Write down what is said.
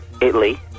Italy